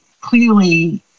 clearly